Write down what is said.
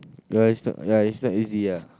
ya it's not ya it's not easy ah